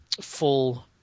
Full